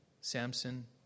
Samson